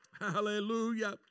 Hallelujah